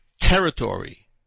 territory